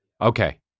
Okay